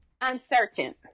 Uncertain